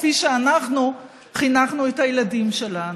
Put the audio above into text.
כפי שאנחנו חינכנו את הילדים שלנו.